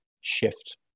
shift